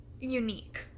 unique